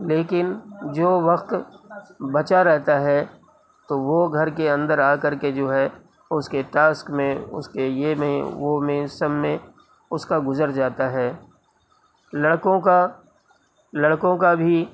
لیکن جو وقت بچا رہتا ہے تو وہ گھر کے اندر آ کر کے جو ہے اس کے ٹاسک میں اس کے یہ میں وہ میں سب میں اس کا گزر جاتا ہے لڑکوں کا لڑکوں کا بھی